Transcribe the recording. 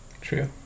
True